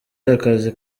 akazi